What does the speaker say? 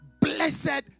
blessed